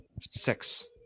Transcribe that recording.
Six